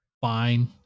Fine